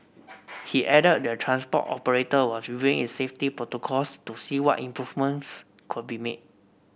he added the transport operator was reviewing its safety protocols to see what improvements could be made